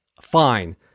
fine